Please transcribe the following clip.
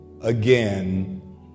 again